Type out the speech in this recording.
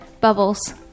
Bubbles